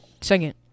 second